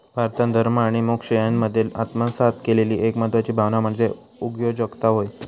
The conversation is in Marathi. भारतान धर्म आणि मोक्ष यांच्यामध्ये आत्मसात केलेली एक महत्वाची भावना म्हणजे उगयोजकता होय